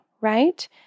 right